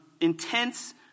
intense